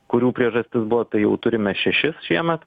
kurių priežastis buvo tai jau turime šešis šiemet